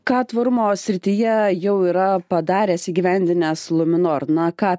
ką tvarumo srityje jau yra padaręs įgyvendinęs luminor na ką